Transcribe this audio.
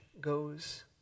goes